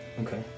Okay